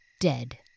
dead